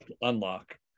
unlock